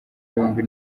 yombi